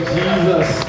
Jesus